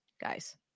guys